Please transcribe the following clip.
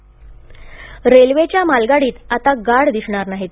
मालगाडी रेल्वेच्या मालगाडीत आता गार्ड दिसणार नाहीत